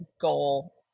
goal